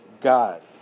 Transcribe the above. God